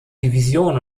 division